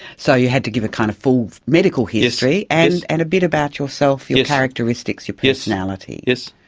so you had to give a kind of full medical history, and and a bit about yourself, your characteristics, your personality. yes,